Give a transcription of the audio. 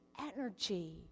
energy